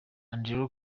andrew